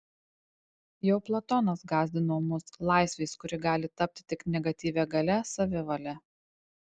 jau platonas gąsdino mus laisvės kuri gali tapti tik negatyvia galia savivale